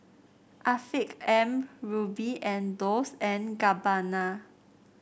Afiq M Rubi and Dolce and Gabbana